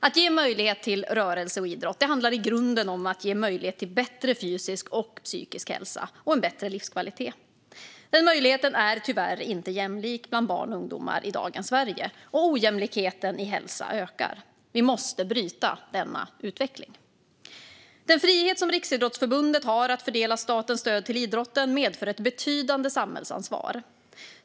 Att ge möjlighet till rörelse och idrott handlar i grunden om att ge möjlighet till bättre fysisk och psykisk hälsa och en bättre livskvalitet. Den möjligheten är tyvärr inte jämlik bland barn och ungdomar i dagens Sverige, och ojämlikheten i hälsa ökar. Vi måste bryta denna utveckling. Den frihet som Riksidrottsförbundet har att fördela statens stöd till idrotten medför ett betydande samhällsansvar.